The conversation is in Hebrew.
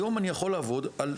היום אני יכול לעבוד על,